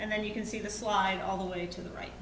and then you can see the slide all the way to the right